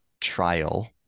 trial